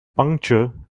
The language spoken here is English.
puncture